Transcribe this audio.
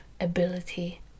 ability